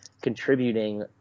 contributing